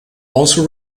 also